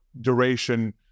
duration